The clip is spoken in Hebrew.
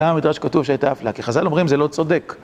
למה המדרש כתוב שהייתה אפליה? כי חז"ל אומרים זה לא צודק.